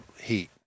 heat